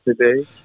today